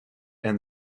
and